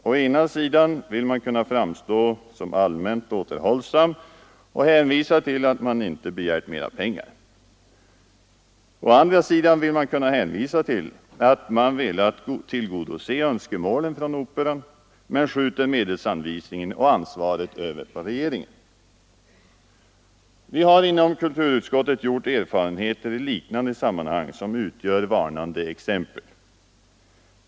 Å ena sidan vill man kunna framstå som allmänt återhållsam och hänvisar till att man inte har begärt mera pengar. Å andra sidan vill man kunna hänvisa till att man har velat tillgodose önskemålen från Operan men skjuter medelsanvisningen och ansvaret över på regeringen. Vi har inom kulturutskottet gjort erfarenheter i liknande sammanhang som utgör varnande exempel.